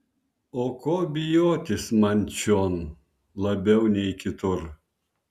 o ko bijotis man čion labiau nei kitur